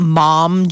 mom